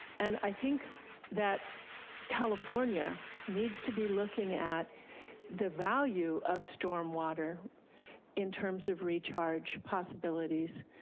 and i think that california needs to be looking at the value of storm water in terms of recharge possibilities,